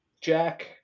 Jack